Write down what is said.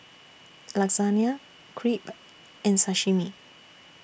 Lasagna Crepe and Sashimi